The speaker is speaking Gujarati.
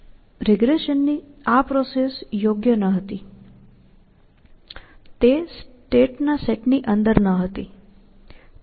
રીગ્રેશન ની આ પ્રોસેસ યોગ્ય ન હતી તે સ્ટેટના સેટ ની અંદર ન હતી